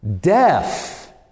Death